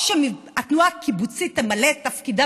או שהתנועה הקיבוצית תמלא את תפקידה